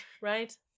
Right